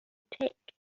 take